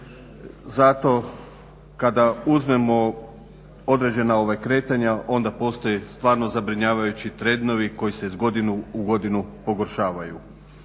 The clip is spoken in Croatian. zato kada uzmemo određena kretanja onda postoje stvarno zabrinjavajući trendovi koji se iz godine u godinu pogoršavaju.